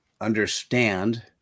understand